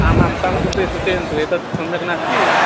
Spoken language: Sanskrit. आमां तस्य कृते सूचयन्तु एतत् सम्यक् नास्ति